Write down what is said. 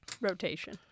rotation